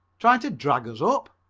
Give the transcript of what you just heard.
tryin' to drag us up?